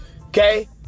Okay